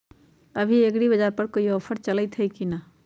अभी एग्रीबाजार पर कोई ऑफर चलतई हई की न?